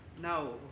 now